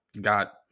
got